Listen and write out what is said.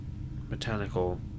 botanical